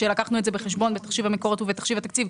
כשלקחנו את זה בחשבון בתחשיב המקורות ובתחשיב התקציב,